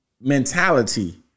mentality